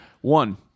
One